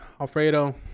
Alfredo